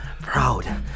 proud